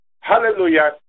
Hallelujah